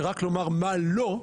שרק לומר מה לא,